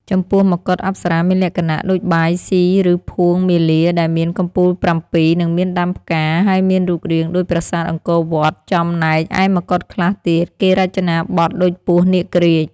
ចំពោះមកុដអប្សរាមានលក្ខណៈដូចបាយសុីឬភួងមាលាដែលមានកំពូលប្រាំពីរនិងមានដាំផ្កាហើយមានរូងរាងដូចប្រាសាទអង្គរវត្តចំណែកឯមកុដខ្លះទៀតគេរចនាបថដូចពស់នាគរាជ។